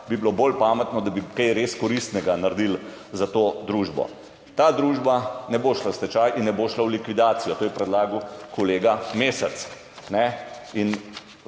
bi bilo bolj pametno, da bi kaj res koristnega naredili za to družbo. Ta družba ne bo šla v stečaj in ne bo šla v likvidacijo. To je predlagal kolega Mesec.